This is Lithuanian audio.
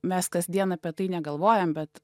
mes kasdien apie tai negalvojam bet